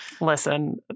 Listen